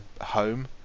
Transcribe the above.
home